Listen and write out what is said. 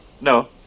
No